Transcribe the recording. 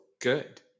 good